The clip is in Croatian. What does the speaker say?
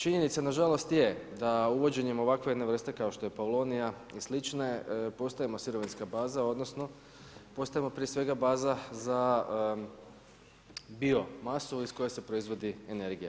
Činjenica nažalost je da uvođenjem ovakve jedne vrste kao što je paulovnija i slične, postajemo sirovinska baza odnosno postajemo prije svega baza za bio masu iz koje se proizvodi energija.